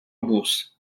bourse